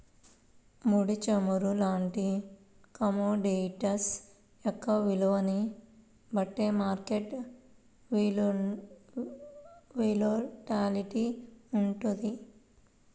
ముడి చమురు లాంటి కమోడిటీస్ యొక్క విలువని బట్టే మార్కెట్ వోలటాలిటీ వుంటది